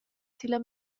silla